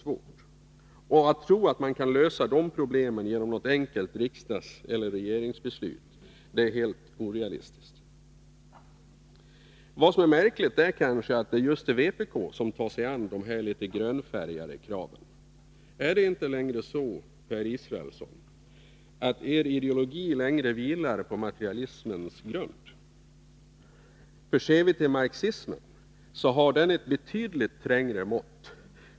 Det är helt orealistiskt att tro att man kan lösa problemen genom något enkelt riksdagseller regeringsbeslut. Det märkliga är kanske att det är just vpk som har tagit sig an de här litet grönfärgade kraven. Är det inte längre så, Per Israelsson, att er ideologi vilar på materialismens grund? Ser vi på marxismen, finner vi att den har ett betydligt trängre mått.